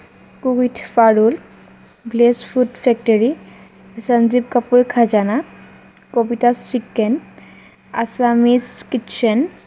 cook with Parul village food factory Sanjeev Kapoor Khazana Kabita's chicken Assamese kitchen